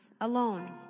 alone